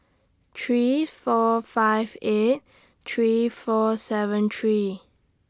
three four five eight three four seven three